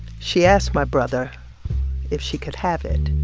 she asked my brother if she could have it.